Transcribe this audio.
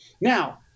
Now